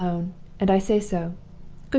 and i say so.